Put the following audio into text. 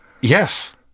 Yes